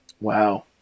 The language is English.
Wow